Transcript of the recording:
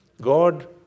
God